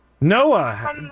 Noah